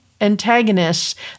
antagonists